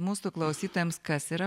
mūsų klausytojams kas yra